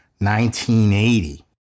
1980